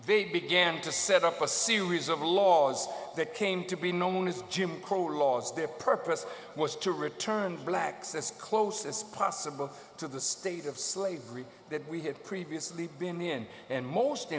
they began to set up a series of laws that came to be known as jim crow laws their purpose was to return the blacks as close as possible to the state of slavery that we had previously been in and most